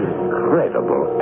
Incredible